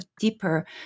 deeper